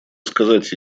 сказать